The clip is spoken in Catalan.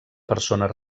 persones